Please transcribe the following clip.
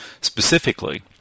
Specifically